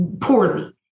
poorly